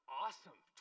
awesome